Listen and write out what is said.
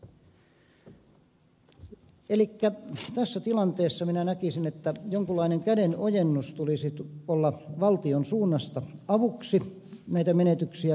elikkä tässä tilanteessa minä näkisin että jonkunlaisen kädenojennuksen tulisi tulla valtion suunnasta avuksi näitä menetyksiä kokeneille